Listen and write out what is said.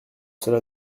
cela